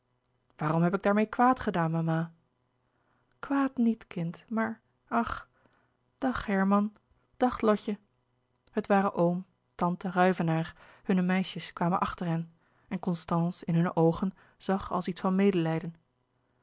waarom heb ik daarmeê kwaad gedaan mama kwaad niet kind maar ach dag herman dag lotje het waren oom tante ruyvenaer hunne meisjes kwamen achter hen en constance in hunne oogen zag als iets van medelijden